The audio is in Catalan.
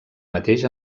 mateix